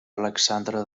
alexandre